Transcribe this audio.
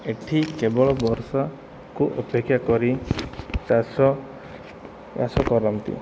ଏଠି କେବଳ ବର୍ଷାକୁ ଅପେକ୍ଷା କରି ଚାଷ ଚାଷ କରନ୍ତି